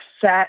set